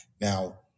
Now